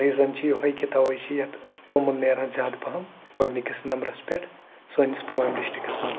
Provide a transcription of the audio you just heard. reason چھِ یِہوے کہِ تَوَے چھِ یَتھ توٚمُل نیران زیادٕ پَہَم گۄڈٕنِکِس نمبرَس پٮ۪ٹھ سٲنِس پُلوامہِ ڈِسٹِرٛکَس منٛز